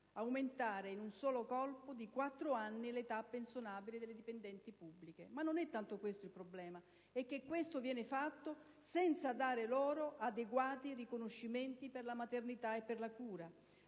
aumentare in un solo colpo di quattro anni l'età pensionabile delle dipendenti pubbliche. Ma non è tanto questo il problema: è che ciò viene fatto senza dare loro adeguati riconoscimenti per la maternità e per la cura,